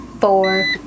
four